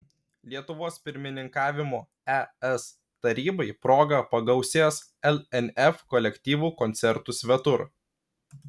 lietuvos pirmininkavimo es tarybai proga pagausės lnf kolektyvų koncertų svetur